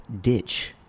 ditch